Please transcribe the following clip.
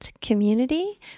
community